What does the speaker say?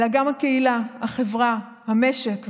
אלא גם הקהילה, החברה, המשק והמדינה.